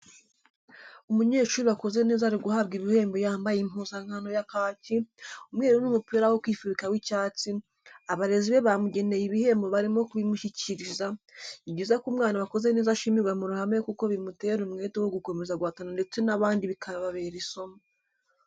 Umunyeshuri wakoze neza ari guhabwa ibihembo yambaye impuzankano ya kaki, umweru n'umupira wo kwifubika w'icyatsi, abarezi be bamugeneye ibihembo barimo kubimushyikiriza, ni byiza ko umwana wakoze neza ashimirwa mu ruhame kuko bimutera umwete wo gukomeza guhatana ndetse n'abandi bikababera isomo.